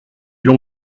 l’on